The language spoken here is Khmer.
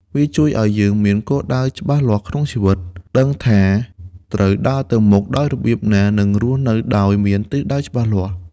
វាជួយឱ្យយើង មានគោលដៅ ច្បាស់លាស់ក្នុងជីវិត ដឹងថាត្រូវដើរទៅមុខដោយរបៀបណា និងរស់នៅដោយមានទិសដៅច្បាស់លាស់។